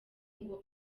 ngo